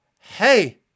Hey